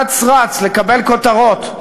אץ-רץ לקבל כותרות,